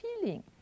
feeling